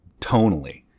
tonally